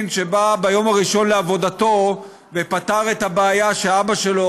שבא ביום הראשון לעבודתו ופתר את הבעיה שאבא שלו,